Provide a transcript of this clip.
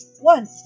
one